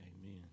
Amen